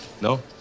No